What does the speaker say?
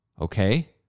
okay